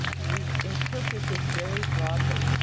we interpret this very broadly,